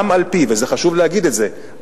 וחשוב להגיד את זה,